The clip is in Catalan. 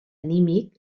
anímic